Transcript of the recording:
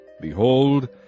Behold